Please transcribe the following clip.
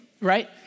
right